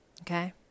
Okay